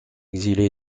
exilé